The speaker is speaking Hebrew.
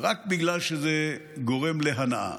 רק בגלל שזה גורם להנאה.